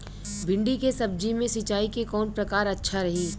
भिंडी के सब्जी मे सिचाई के कौन प्रकार अच्छा रही?